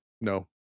No